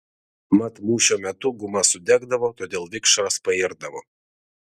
mat mūšio metu guma sudegdavo todėl vikšras pairdavo